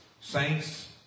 Saints